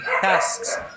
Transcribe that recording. tasks